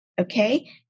okay